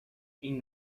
این